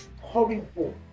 horrible